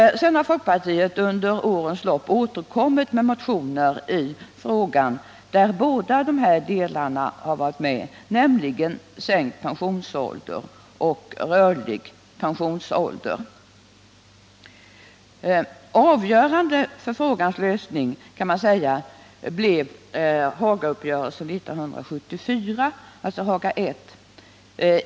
Sedan har folkpartiet under årens lopp återkommit med motioner i frågan, där båda dessa delar har varit med, nämligen sänkt pensionsålder och rörlig pensionsålder. Avgörande för frågans lösning kan man säga blev Hagauppgörelsen 1974, alltså Haga I.